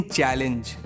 Challenge